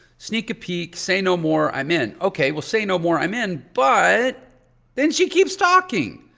sneak a peek. say no more. i'm in. okay. well, say no more. i'm in. but then she keeps talking.